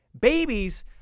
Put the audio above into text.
Babies